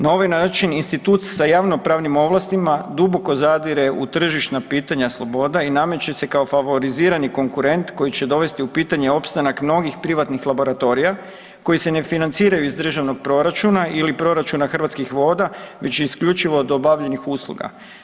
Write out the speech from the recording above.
Na ovaj način institut sa javnopravnim ovlastima duboko zadire u tržišna pitanja sloboda i nameće se kao favorizirani konkurent koji će dovesti u pitanje opstanak mnogih privatnih laboratorija koji se ne financiraju iz državnog proračuna ili proračuna Hrvatskih voda već isključivo od obavljenih usluga.